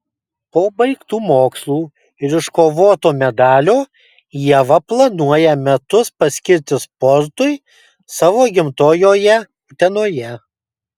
po baigtų mokslų ir iškovoto medalio ieva planuoja metus paskirti sportui savo gimtojoje utenoje